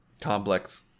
Complex